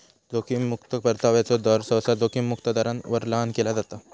जोखीम मुक्तो परताव्याचो दर, सहसा जोखीम मुक्त दरापर्यंत लहान केला जाता